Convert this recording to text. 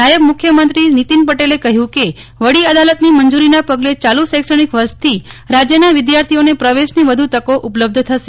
નાયબ મુખ્યમંત્રી નીતિન પટેલે કહ્યું કે વડી અદાલતની મંજુરીના પગલે ચાલુ શૈક્ષણિક વર્ષથી રાજયના વિદ્યાર્થીઓને પ્રવેશની વધુ તકો ઉપલબ્ધ થશે